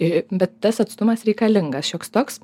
bet tas atstumas reikalingas šioks toks